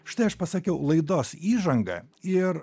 štai aš pasakiau laidos įžangą ir